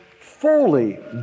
fully